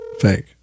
fake